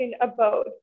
abode